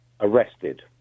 arrested